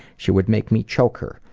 she would make me choke her,